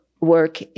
work